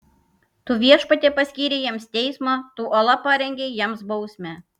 tu viešpatie paskyrei jiems teismą tu uola parengei jiems bausmę